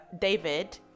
david